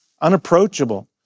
unapproachable